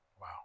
Wow